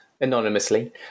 anonymously